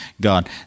God